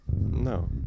No